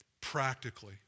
practically